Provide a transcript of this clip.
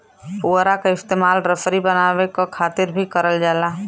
पुवरा क इस्तेमाल रसरी बनावे क खातिर भी करल जाला